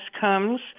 comes